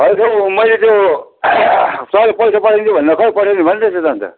होइन हौ मैले त्यो तपाईँले पैसा पठाइदिन्छु भनेर खै पठाइदिनु भएन रहेछ त अन्त